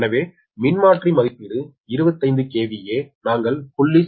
எனவே மின்மாற்றி மதிப்பீடு 25 KVAhere நாங்கள் 0